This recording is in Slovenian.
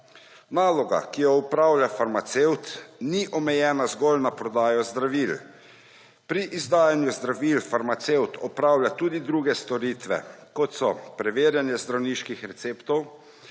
Naloga, ki jo opravlja farmacevt, ni omejena zgolj na prodajo zdravil. Pri izdajanju zdravil farmacevt opravlja tudi druge storitve, kot so preverjanje zdravniških receptov,